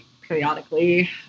periodically